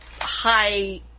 high